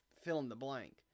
fill-in-the-blank